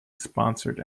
sponsored